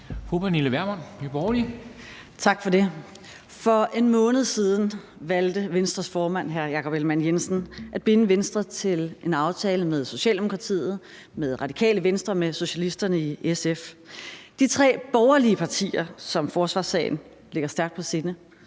For en måned siden valgte Venstres formand, hr. Jakob Ellemann-Jensen, at binde Venstre til en aftale med Socialdemokratiet, med Radikale Venstre, med socialisterne i SF. De tre borgerlige partier, som forsvarssagen ligger stærkt på sinde,